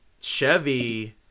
Chevy